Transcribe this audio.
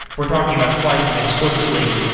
for talking about slices explicitly,